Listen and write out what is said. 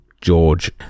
George